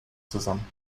zusammen